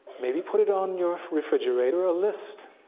maybe put it on your refrigerator, a list.